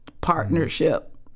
partnership